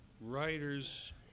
writers